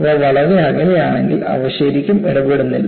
അവ വളരെ അകലെയാണെങ്കിൽ അവ ശരിക്കും ഇടപെടുന്നില്ല